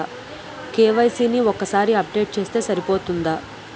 KYC ని ఒక్కసారి update చేస్తే సరిపోతుందా?